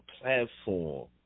platform